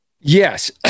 Yes